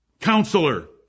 Counselor